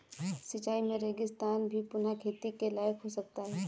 सिंचाई से रेगिस्तान भी पुनः खेती के लायक हो सकता है